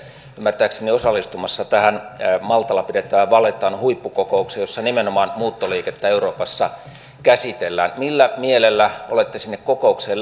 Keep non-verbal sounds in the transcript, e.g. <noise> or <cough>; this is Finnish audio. ymmärtääkseni osallistumassa tähän maltalla pidettävään vallettan huippukokoukseen jossa nimenomaan muuttoliikettä euroopassa käsitellään millä mielellä olette sinne kokoukseen <unintelligible>